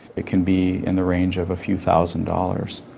it can be in the range of a few thousand dollars.